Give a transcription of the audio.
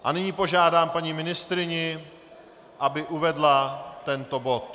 A nyní požádám paní ministryni, aby uvedla tento bod.